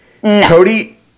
Cody